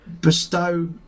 bestow